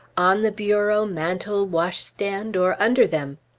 on the bureau, mantel, washstand, or under them?